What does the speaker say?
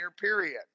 period